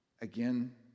Again